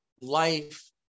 life